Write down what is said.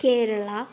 Kerala